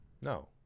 no